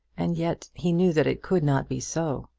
and yet he knew that it could not be so.